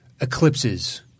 eclipses